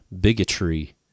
bigotry